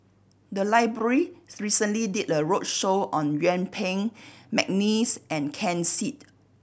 the library recently did a roadshow on Yuen Peng McNeice and Ken Seet